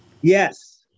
Yes